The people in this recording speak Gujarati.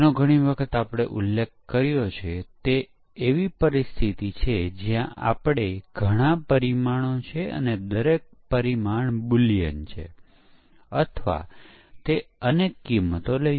હવે આપણે પરીક્ષણ ડેટા અને પરીક્ષણના કેસો વચ્ચે તફાવત કરીએ